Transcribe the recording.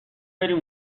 بریم